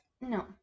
No